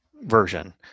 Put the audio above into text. version